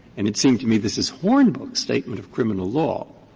and it seemed to me this is hornbook statement of criminal law,